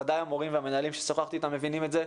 ודאי המורים והמנהלים ששוחחתי איתם מבינים את זה.